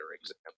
example